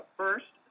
first